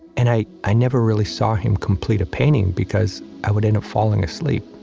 and i i never really saw him complete a painting, because i would end up falling asleep